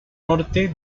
norte